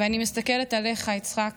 ואני מסתכלת עליך, יצחק.